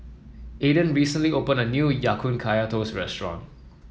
Adan recently opened a new Ya Kun Kaya Toast restaurant